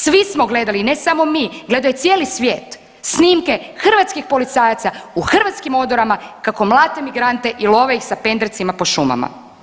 Svi smo gledali, ne samo mi, gledao je cijeli svijet snimke hrvatskih policajaca u hrvatskim odorama kako mlate migrante i love ih sa pendrecima po šumama.